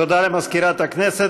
תודה למזכירת הכנסת.